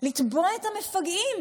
לתבוע את המפגעים,